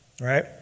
right